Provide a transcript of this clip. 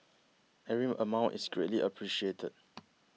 every amount is greatly appreciated